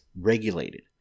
regulated